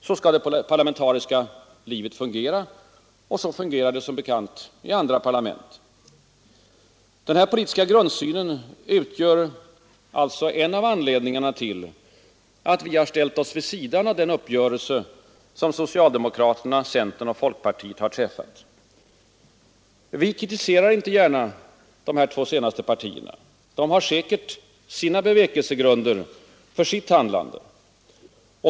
Så skall det parlamentariska livet fungera, och så fungerar det som bekant i andra parlament. Denna politiska grundsyn utgör alltså en av anledningarna till att vi ställt oss vid sidan av den uppgörelse som socialdemokraterna, centern och folkpartiet träffat. Vi kritiserar inte gärna de två senare partierna. De har säkert sina bevekelsegrunder för sitt handlande.